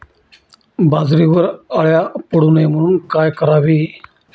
बाजरीवर अळ्या पडू नये म्हणून काय करावे?